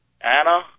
Anna